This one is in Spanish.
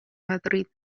madrid